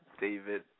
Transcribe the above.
David